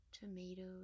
tomatoes